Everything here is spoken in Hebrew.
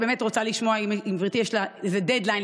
אני באמת רוצה לשמוע אם לגברתי יש איזה דד-ליין,